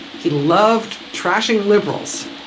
he loved trashing liberals.